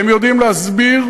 הם יודעים להסביר.